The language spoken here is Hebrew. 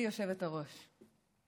היושבת-ראש,